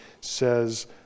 says